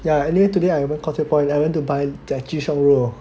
ya anyway today I went Causeway Point I went to buy 鸡胸肉